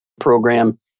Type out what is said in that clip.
program